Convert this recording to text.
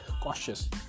cautious